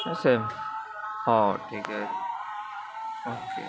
ହଁ ସେମ୍ ହଉ ଠିକ୍ ଅଛି ଓକେ